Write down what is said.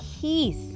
peace